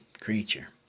creature